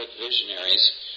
visionaries